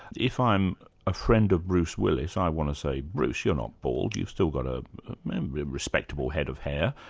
if i'm a friend of bruce willis, i want to say, bruce, you're not bald, you've still got a respectable head of hair.